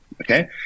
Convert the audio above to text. okay